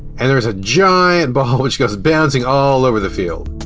and there's a giant ball which goes bouncing all over the field.